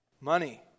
Money